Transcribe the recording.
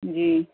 جی